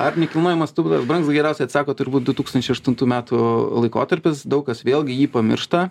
ar nekilnojamas turtas brangs geriausiai atsako turbūt du tūkstančiai aštuntų metų laikotarpis daug kas vėlgi jį pamiršta